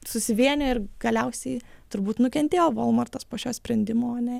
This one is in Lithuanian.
susivienijo ir galiausiai turbūt nukentėjo volmartas po šio sprendimo ne